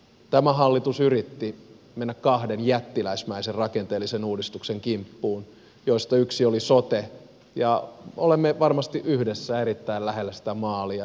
tämä hallitus yritti mennä kahden jättiläismäisen rakenteellisen uudistuksen kimppuun joista yksi oli sote ja olemme varmasti yhdessä erittäin lähellä sitä maalia